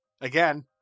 again